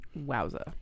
wowza